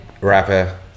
rapper